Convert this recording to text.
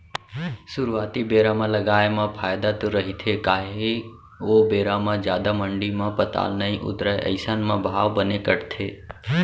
सुरुवाती बेरा म लगाए म फायदा तो रहिथे काहे ओ बेरा म जादा मंडी म पताल नइ उतरय अइसन म भाव बने कटथे